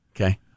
Okay